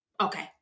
Okay